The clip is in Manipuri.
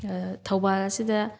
ꯊꯧꯕꯥꯜ ꯑꯁꯤꯗ